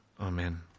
Amen